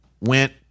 went